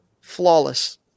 Flawless